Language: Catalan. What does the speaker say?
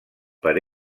per